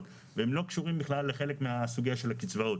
והם לא קשורים בכלל לחלק מהסוגיה של הקצבאות